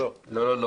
לא.